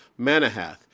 Manahath